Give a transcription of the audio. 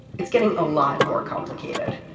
it's getting a lot more complicated.